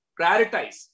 prioritize